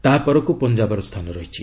ଏହାପରକୁ ପଞ୍ଜାବର ସ୍ଥାନ ରହିଛି